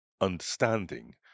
understanding